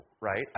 right